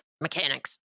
mechanics